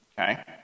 okay